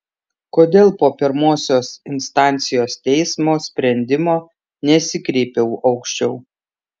kodėl po pirmosios instancijos teismo sprendimo nesikreipiau aukščiau